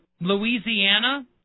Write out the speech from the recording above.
Louisiana